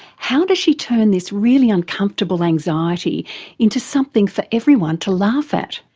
how does she turn this really uncomfortable anxiety into something for everyone to laugh at?